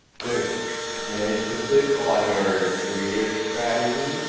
and on your career strategy.